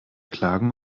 klagen